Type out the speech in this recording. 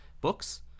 books